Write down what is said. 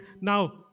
Now